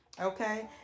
okay